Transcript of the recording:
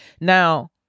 Now